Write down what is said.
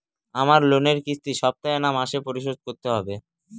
আমার লোনের কিস্তি সপ্তাহে না মাসে পরিশোধ করতে হবে?